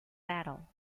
battle